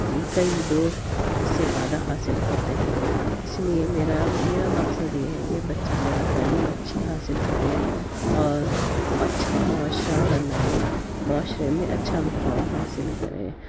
کئی لوگ اس سے فائدہ حاصل کرتے ہیں اس لئے میرا میرا مقصد یہ ہے کہ بچہ میرا تعلیم اچھی حاصل کرے اور اچھا معاشرہ بنائے معاشرے میں اچھا مقام حاصل کرے